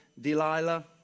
Delilah